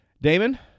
Damon